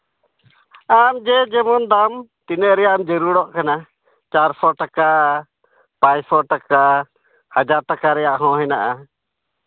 ᱟᱢ ᱡᱮ ᱡᱮᱢᱚᱱ ᱫᱟᱢ ᱛᱤᱱᱟᱹᱜ ᱨᱮᱭᱟᱜ ᱮᱢ ᱡᱟᱹᱨᱩᱲᱚᱜ ᱠᱟᱱᱟ ᱪᱟᱨᱥᱚ ᱴᱟᱠᱟ ᱯᱟᱸᱪᱥᱚ ᱴᱟᱠᱟ ᱦᱟᱡᱟᱨ ᱴᱟᱠᱟ ᱨᱮᱭᱟᱜ ᱦᱚᱸ ᱦᱮᱱᱟᱜᱼᱟ